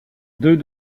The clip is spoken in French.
deux